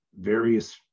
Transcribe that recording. various